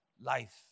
Life